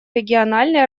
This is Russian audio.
региональные